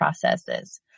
processes